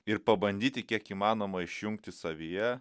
ir pabandyti kiek įmanoma išjungti savyje